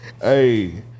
hey